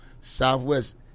Southwest